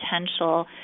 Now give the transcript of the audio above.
potential